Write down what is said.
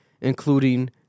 including